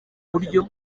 buryo